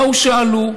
באו ושאלו.